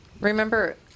Remember